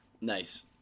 Nice